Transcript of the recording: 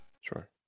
Sure